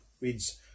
reads